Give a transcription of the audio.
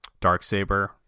Darksaber